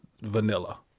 Vanilla